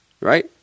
right